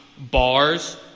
Bars